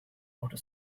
outer